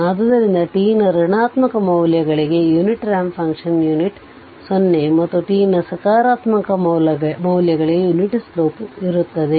ಆದ್ದರಿಂದ t ನ ಋಣಾತ್ಮಕ ಮೌಲ್ಯಗಳಿಗೆ ಯುನಿಟ್ ರಾಂಪ್ ಫಂಕ್ಷನ್ ಯುನಿಟ್ 0 ಮತ್ತು t ನ ಸಕಾರಾತ್ಮಕ ಮೌಲ್ಯಗಳಿಗೆ ಯುನಿಟ್ ಸ್ಲೋಪ್ ಇರುತ್ತದೆ